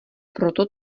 proto